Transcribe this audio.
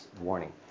warning